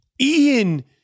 Ian